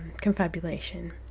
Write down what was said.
confabulation